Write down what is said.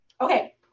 Okay